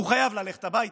הוא חייב ללכת הביתה.